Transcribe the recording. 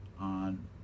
on